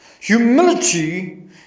Humility